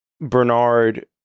Bernard